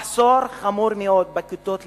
מחסור חמור מאוד בכיתות לימוד,